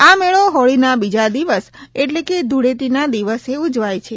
આ મેળો હોળીના બીજા દિવસ એટ્લે કે ધુળેટીના દિવસે ઉજવાય છે